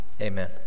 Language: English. Amen